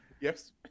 Yes